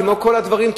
כמו כל הדברים,